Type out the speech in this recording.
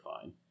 fine